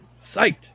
psyched